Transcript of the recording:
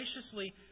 graciously